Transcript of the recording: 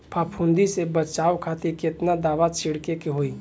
फाफूंदी से बचाव खातिर केतना दावा छीड़के के होई?